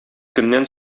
көннән